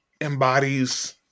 embodies